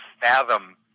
fathom